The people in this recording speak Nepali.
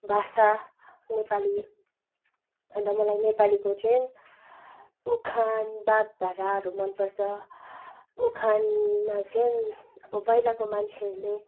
भाषा नेपाली अन्त मलाई नेपालीको चाहिँ उखान वाग्धाराहरू मन पर्छ उखानमा चाहिँ अब पहिलाको मान्छेहरूले